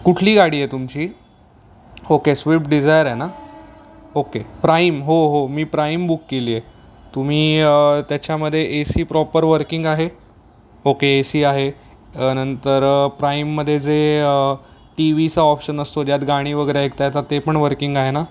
कुठली गाडी आहे तुमची ओके स्विप्ट डिझायर आहे ना ओके प्राईम हो हो मी प्राईम बुक केली आहे तुम्ही त्याच्यामध्ये ए सी प्रॉपर वर्किंग आहे ओके ए सी आहे नंतर प्राईममध्ये जे टीव्हीचा ऑप्शन असतो ज्यात गाणी वगैरे ऐकता येतात ते पण वर्किंग आहे ना